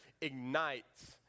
ignites